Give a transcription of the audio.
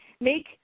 make